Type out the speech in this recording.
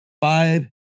Five